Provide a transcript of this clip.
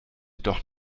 doch